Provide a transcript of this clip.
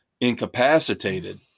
incapacitated